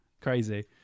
crazy